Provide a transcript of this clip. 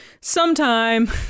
sometime